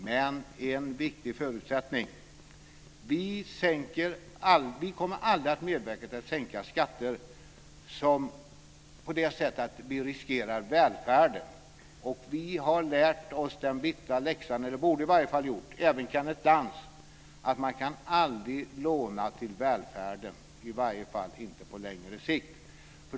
Men vi kommer aldrig att medverka till att sänka skatter på det sättet att vi riskerar välfärden. Vi har lärt oss den bittra läxan och det borde även Kenneth Lantz ha gjort, att man aldrig kan låna till välfärden, i varje fall inte på längre sikt.